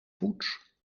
poets